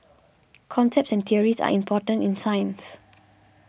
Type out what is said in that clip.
concepts and theories are important in science